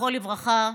זכרו לברכה,